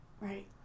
right